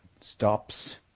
stops